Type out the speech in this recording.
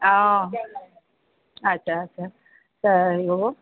অ' আচ্ছা আচ্ছা